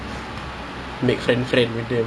true true